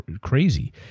crazy